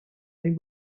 این